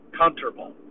comfortable